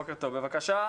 בוקר טוב, בבקשה.